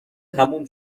تموم